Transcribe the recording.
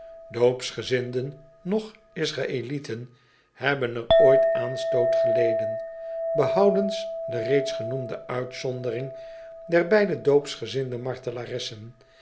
oopsgezinden noch sraëheten hebben er ooit aanstoot geleden behoudens de reeds genoemde uitzondering der beide oopsgezinde